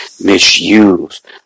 misused